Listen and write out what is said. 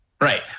Right